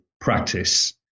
practice